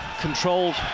controlled